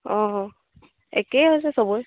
অঁ একেই হৈছে চবৰে